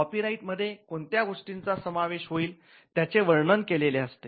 copy right मध्ये कोणत्या गोष्टीचा समावेश होईल त्याचे वर्णन केलेले असते